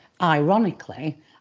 ironically